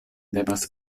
devas